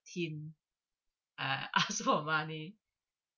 tin uh ask for money